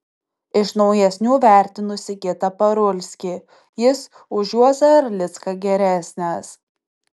iš naujesnių vertinu sigitą parulskį jis už juozą erlicką geresnis